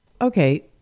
Okay